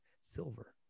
silver